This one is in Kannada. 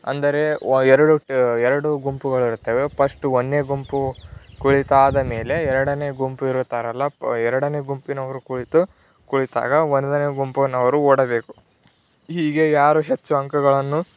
ಅಂದರೆ ವ ಎರಡು ಎರಡು ಗುಂಪುಗಳಿರುತ್ತವೆ ಪಸ್ಟ್ ಒಂದನೇ ಗುಂಪು ಕುಳಿತಾದ ಮೇಲೆ ಎರಡನೇ ಗುಂಪು ಇರುತ್ತಾರಲ್ಲ ಪ ಎರಡನೇ ಗುಂಪಿನವರು ಕುಳಿತು ಕುಳಿತಾಗ ಒಂದನೇ ಗುಂಪಿನವರು ಓಡಬೇಕು ಹೀಗೆ ಯಾರು ಹೆಚ್ಚು ಅಂಕಗಳನ್ನು